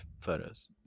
photos